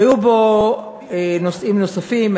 היו בו נושאים נוספים.